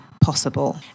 possible